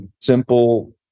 simple